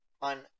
on